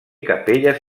capelles